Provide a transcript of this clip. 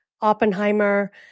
Oppenheimer